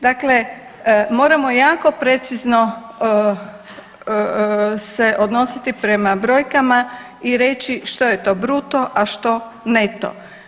Dakle, moramo jako precizno se odnositi prema brojkama i reći što je to bruto, a što neto.